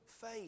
faith